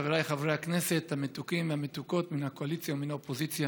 חבריי חברי הכנסת המתוקים והמתוקות מן הקואליציה ומן האופוזיציה,